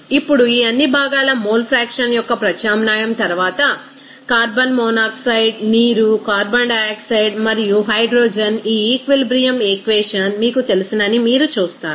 ఇప్పుడు ఈ అన్ని భాగాల మోల్ ఫ్రాక్షన్ యొక్క ప్రత్యామ్నాయం తరువాత కార్బన్ మోనాక్సైడ్ నీరు కార్బన్ డయాక్సైడ్ మరియు హైడ్రోజన్ ఈ ఈక్విలిబ్రియమ్ ఈక్వేషన్ మీకు తెలుసని మీరు చూస్తారు